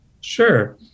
Sure